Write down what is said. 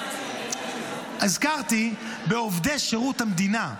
הזכרתי בעובדי שירות המדינה.